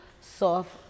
soft